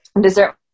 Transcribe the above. Dessert